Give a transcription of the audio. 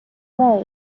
way